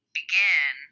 begin